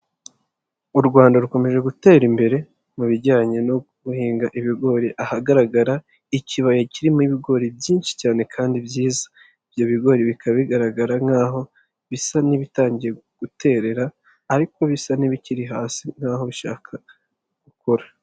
U Rwanda rukomeje gutera imbere mu bijyanye no guhinga ibigori ahagaragara ikibaya kirimo ibigori byinshi cyane kandi byiza. Ibyo bigori bikaba bigaragara nk'aho bisa n'ibitangiye guterera ariko bisa n'ibikiri hasi nkaho bishaka gukura.